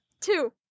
Two